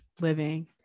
living